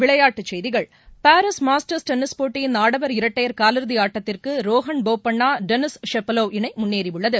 விளையாட்டுச் செய்திகள் Paris masters tennis போட்டியின் ஆடவர் இரட்டையர் காலிறுதி ஆட்டத்திற்கு ரோஹன் போபண்ணா டெனிஸ் ஷப்பவலோவ் இணை முன்னேறியுள்ளது